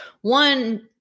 one